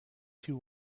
two